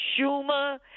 Schumer